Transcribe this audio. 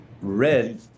Red